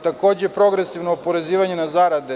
Takođe, progresivno oporezivanje na zarade.